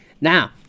Now